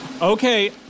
Okay